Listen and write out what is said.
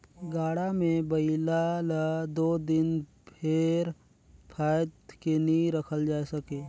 गाड़ा मे बइला ल दो दिन भेर फाएद के नी रखल जाए सके